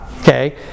Okay